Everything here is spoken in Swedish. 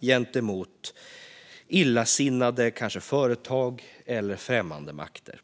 gentemot illasinnade, kanske företag eller främmande makter.